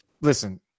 Listen